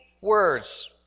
words